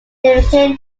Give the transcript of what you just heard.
became